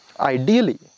Ideally